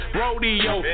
rodeo